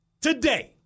Today